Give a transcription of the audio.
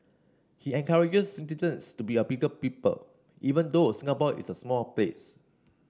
he encourages citizens to be bigger people even though Singapore is a small place